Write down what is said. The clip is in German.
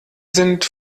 sind